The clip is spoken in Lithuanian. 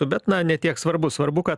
bet na ne tiek svarbu svarbu kad